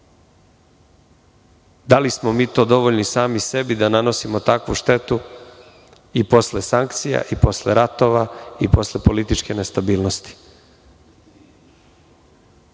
Da li smo mi to dovoljni sami sebi da nanosimo takvu štetu i posle sankcija i posle ratova i posle političke nestabilnosti.